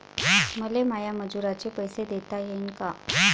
मले माया मजुराचे पैसे देता येईन का?